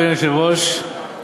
אדוני היושב-ראש,